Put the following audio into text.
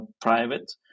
private